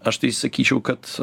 aš tai sakyčiau kad